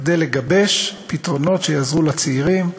כדי לגבש פתרונות שיעזרו לצעירים,